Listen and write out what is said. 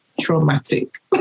traumatic